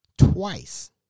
Twice